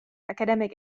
academic